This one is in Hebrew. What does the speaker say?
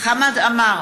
חמד עמאר,